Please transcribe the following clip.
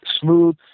Smooth